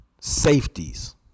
Safeties